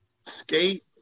Skate